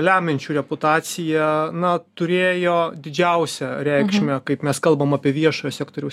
lemiančių reputaciją na turėjo didžiausią reikšmę kaip mes kalbam apie viešo sektoriaus